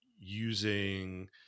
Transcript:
using